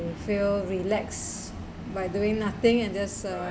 you feel relax by doing nothing and just uh